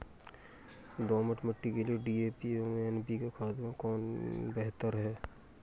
दोमट मिट्टी के लिए डी.ए.पी एवं एन.पी.के खाद में कौन बेहतर है?